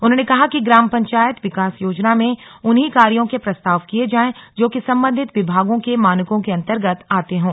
उन्होंने कहा कि ग्राम पंचायत विकास योजना में उन्हीं कार्यो के प्रस्ताव किए जाएं जो कि संबंधित विभागों के मानकों के अंतर्गत आते हों